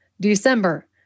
December